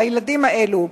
לילדים האלה,